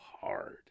hard